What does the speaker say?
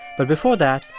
but before that,